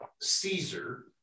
Caesar